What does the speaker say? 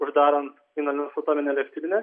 uždarant ignalinos atominę elektrinę